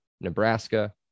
Nebraska